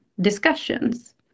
discussions